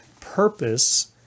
purpose